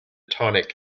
tonic